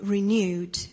Renewed